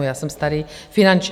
Já jsem starý finančák.